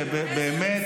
וואו.